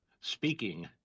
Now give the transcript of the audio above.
speaking